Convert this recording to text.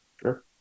Sure